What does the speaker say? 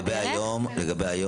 לא,